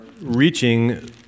reaching